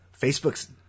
Facebook's